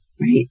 right